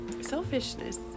selfishness